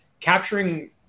Capturing